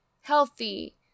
healthy